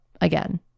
again